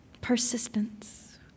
persistence